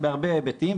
בהרבה היבטים,